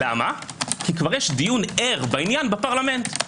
כי כבר יש דיון ער בעניין בפרלמנט.